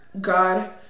god